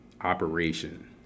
operation